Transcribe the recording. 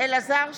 אלעזר שטרן,